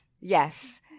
yes